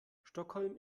stockholm